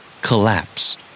Collapse